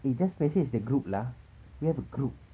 eh just message the group lah we have a group